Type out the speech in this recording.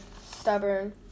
Stubborn